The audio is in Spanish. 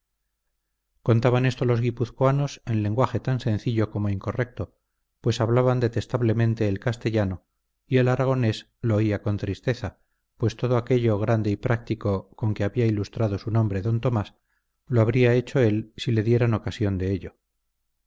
contaban esto los guipuzcoanos en lenguaje tan sencillo como incorrecto pues hablaban detestablemente el castellano y el aragonés lo oía con tristeza pues todo aquello grande y práctico con que había ilustrado su nombre d tomás lo habría hecho él si le dieran ocasión de ello